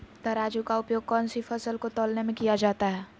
तराजू का उपयोग कौन सी फसल को तौलने में किया जाता है?